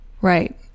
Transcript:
Right